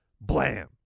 blam